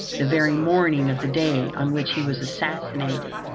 the very morning of the day on which he was assassinated,